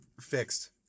fixed